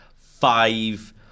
five